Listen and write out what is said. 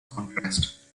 contrast